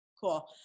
Cool